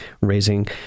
raising